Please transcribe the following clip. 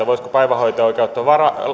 voisiko päivähoito oikeutta